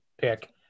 pick